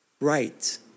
right